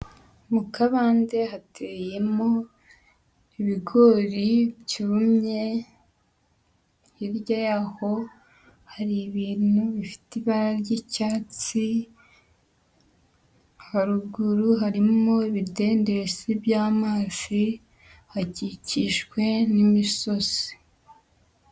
Mu kabande hateyemo ibigori byumye, hirya y'aho hari ibintu bifite ibara ry'icyatsi, haruguru harimo ibidendezi by'amazi, akikijwewe n'imisozi.